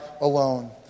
alone